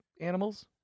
animals